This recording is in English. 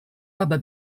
rubber